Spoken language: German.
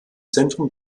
zentrum